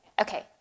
Okay